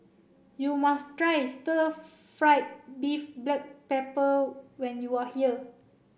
you must try stir fried beef black pepper when you are here